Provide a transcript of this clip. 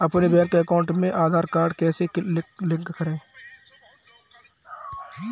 अपने bank account में Aadhaar card कैसे लिंक करें?